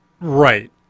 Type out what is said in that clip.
Right